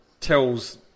tells